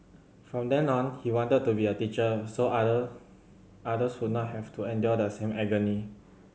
from then on he wanted to be a teacher so other others would not have to endure the same agony